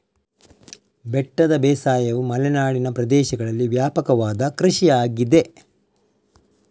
ಬೆಟ್ಟದ ಬೇಸಾಯವು ಮಲೆನಾಡಿನ ಪ್ರದೇಶಗಳಲ್ಲಿ ವ್ಯಾಪಕವಾದ ಕೃಷಿಯಾಗಿದೆ